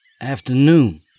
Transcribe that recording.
Afternoon